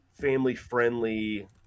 family-friendly